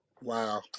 Wow